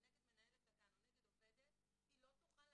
נגד תלוי ועומד נגד מי מצוות הגן הם לא יוכלו